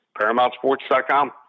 ParamountSports.com